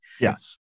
Yes